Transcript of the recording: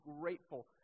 grateful